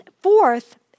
Fourth